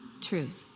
truth